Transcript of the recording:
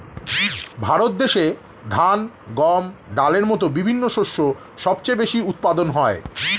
ভারত দেশে ধান, গম, ডালের মতো বিভিন্ন শস্য সবচেয়ে বেশি উৎপাদন হয়